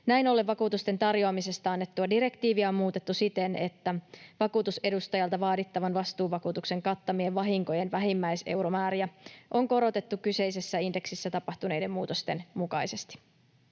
Näin ollen vakuutusten tarjoamisesta annettua direktiiviä on muutettu siten, että vakuutusedustajalta vaadittavan vastuuvakuutuksen kattamien vahinkojen vähimmäiseuromääriä on korotettu kyseisessä indeksissä tapahtuneiden muutosten mukaisesti.